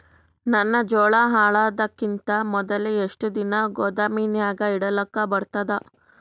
ನನ್ನ ಜೋಳಾ ಹಾಳಾಗದಕ್ಕಿಂತ ಮೊದಲೇ ಎಷ್ಟು ದಿನ ಗೊದಾಮನ್ಯಾಗ ಇಡಲಕ ಬರ್ತಾದ?